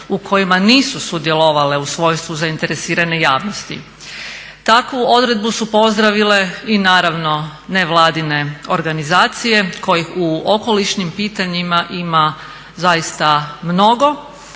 u kojima nisu sudjelovale u svojstvu zainteresirane javnosti. Takvu odredbu su pozdravile i naravno nevladine organizacije kojih u okolišnim pitanjima ima zaista mnogo